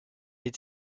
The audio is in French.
est